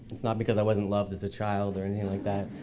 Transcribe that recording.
it's not because i wasn't loved as a child or anything like that.